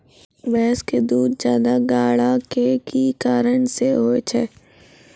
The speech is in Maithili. भैंस के दूध ज्यादा गाढ़ा के कि कारण से होय छै?